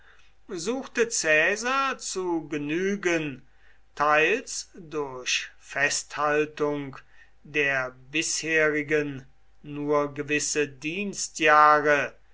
suchte caesar zu genügen teils durch festhaltung der bisherigen nur gewisse dienstjahre